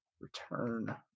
return